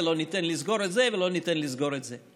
לא ניתן לסגור את זה ולא ניתן לסגור את זה.